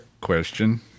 question